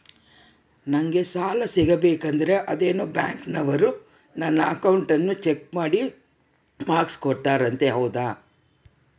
ನಂಗೆ ಸಾಲ ಸಿಗಬೇಕಂದರ ಅದೇನೋ ಬ್ಯಾಂಕನವರು ನನ್ನ ಅಕೌಂಟನ್ನ ಚೆಕ್ ಮಾಡಿ ಮಾರ್ಕ್ಸ್ ಕೊಡ್ತಾರಂತೆ ಹೌದಾ?